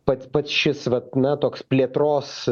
pats pats šis vat na toks plėtros